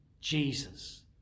Jesus